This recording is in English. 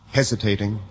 hesitating